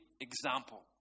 example